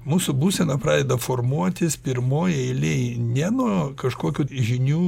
mūsų būsena pradeda formuotis pirmoj eilėj ne nuo kažkokių žinių